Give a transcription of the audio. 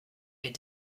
est